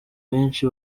benshi